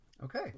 Okay